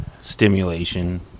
Stimulation